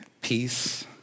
peace